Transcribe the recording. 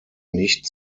nicht